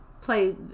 play